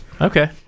okay